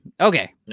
Okay